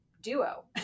duo